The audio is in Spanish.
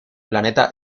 planeta